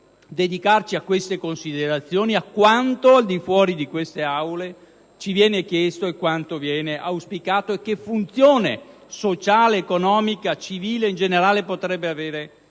dedicarci a queste considerazioni, a quanto al di fuori di queste Aule ci viene chiesto, a quanto viene auspicato, e che funzione sociale, economica, civile in generale potrebbero avere